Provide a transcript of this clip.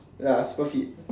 ya super fit